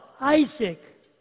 Isaac